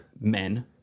men